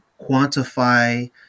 quantify